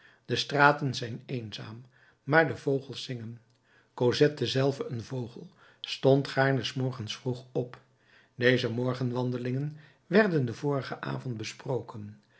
de straten zijn eenzaam maar de vogels zingen cosette zelve een vogel stond gaarne s morgens vroeg op deze morgenwandelingen werden den vorigen avond besproken